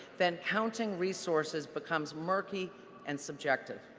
then counting resources becomes murky and subjective.